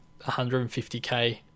150K